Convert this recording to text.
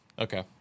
okay